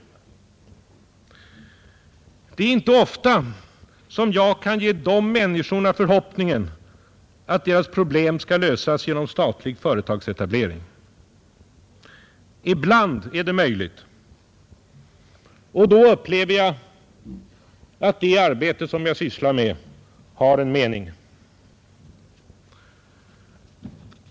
Det är inte ofta som jag kan ge människorna förhoppningen att deras problem skall lösas genom statlig företagsetablering. Ibland är det dock möjligt, och då upplever jag att det arbete som jag sysslar med har en mening.